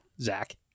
Zach